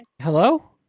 Hello